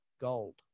gold